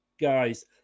guys